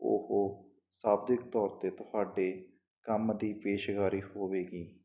ਉਹ ਸਾਵਦਿਕ ਤੌਰ 'ਤੇ ਤੁਹਾਡੇ ਕੰਮ ਦੀ ਪੇਸ਼ਕਾਰੀ ਹੋਵੇਗੀ